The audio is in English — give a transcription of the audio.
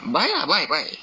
buy lah buy buy